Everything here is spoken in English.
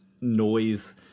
noise